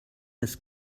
das